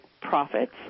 profits